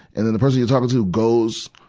and then the person you're talking to goes,